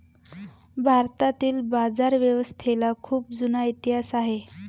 भारतातील बाजारव्यवस्थेला खूप जुना इतिहास आहे